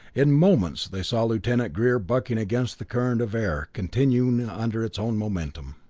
in moments they saw lieutenant greer bucking against the current of air, continuing under its own momentum.